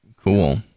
Cool